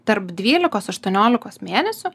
tarp dvylikos aštuoniolikos mėnesių